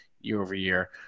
year-over-year